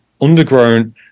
underground